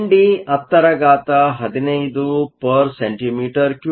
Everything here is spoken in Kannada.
ಆದ್ದರಿಂದ ಎನ್ ಡಿ1015 cm 3 ಆಗಿದೆ